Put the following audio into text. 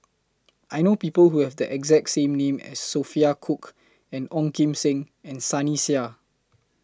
I know People Who Have The exact name as Sophia Cooke and Ong Kim Seng and Sunny Sia